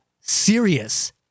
serious